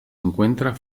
encuentra